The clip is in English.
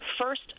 first